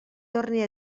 torne